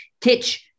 Titch